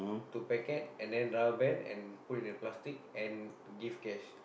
to packet and then rubber band and put it in a plastic and give cash